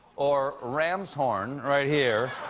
or ram's horn, right here.